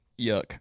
Yuck